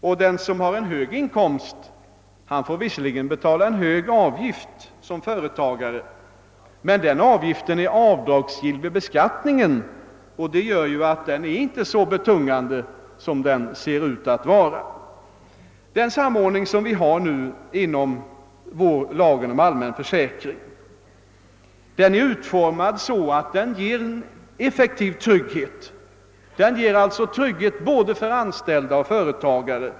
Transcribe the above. Den företagare som har en hög inkomst får visserligen betala en hög avgift, men denna är avdragsgill vid beskattningen, vilket gör att den inte är så betungande som den ser ut att vara. Den samordning som vi nu har inom lagen om allmänförsäkring är utformad så att den ger en effektiv trygghet både för anställda och för företagare.